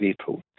April